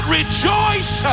rejoice